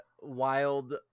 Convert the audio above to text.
wild